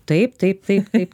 taip taip taip taip